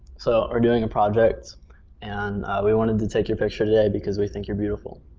so, we're doing a project and we wanted to take your picture today because we think you're beautiful.